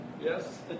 yes